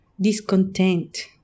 discontent